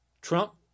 Trump